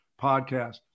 podcast